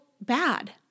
bad